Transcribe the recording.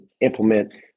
implement